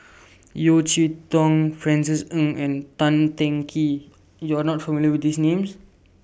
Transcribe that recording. Yeo Cheow Tong Francis Ng and Tan Teng Kee YOU Are not familiar with These Names